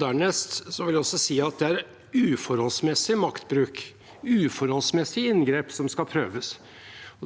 Dernest vil jeg også si at det er uforholdsmessig maktbruk, uforholdsmessige inngrep, som skal prøves.